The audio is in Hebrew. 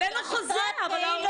משרד החינוך כאילו